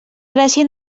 gràcia